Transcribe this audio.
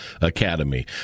Academy